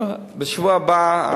בשבוע הבא,